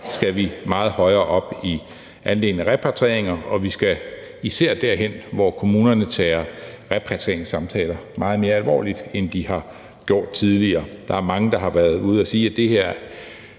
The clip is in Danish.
skal vi meget højere op i forhold til andelen af repatrieringer, og vi skal især derhen, hvor kommunerne tager repatrieringssamtaler meget mere alvorligt, end de har gjort tidligere. Der er mange, der har været ude at sige, at det,